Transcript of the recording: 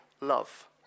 love